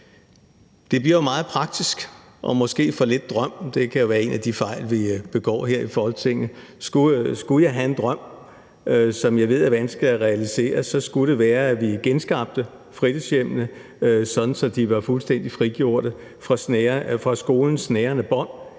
Det bliver jo meget praktisk og måske for lidt drøm; det kan jo være en af de fejl, vi begår her i Folketinget. Skulle jeg have en drøm, som jeg ved er vanskelig at realisere, skulle det være, at vi genskabte fritidshjemmene, så de var fuldstændig frigjorte fra skolens snærende bånd,